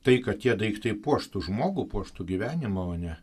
tai kad tie daiktai puoštų žmogų puoštų gyvenimą o ne